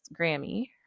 grammy